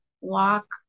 walk